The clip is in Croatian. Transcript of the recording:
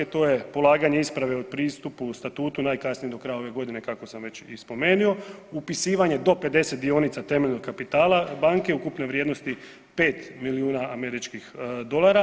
To je polaganje isprave o pristupu statutu najkasnije do kraja ove godine, kako sam već i spomenuo, upisivanje do 50 dionica temeljnog kapitala banke ukupne vrijednosti 5 milijuna američkih dolara.